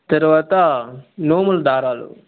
తర్వాత నోముల దారాలు